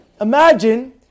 Imagine